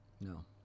No